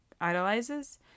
idolizes